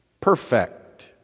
perfect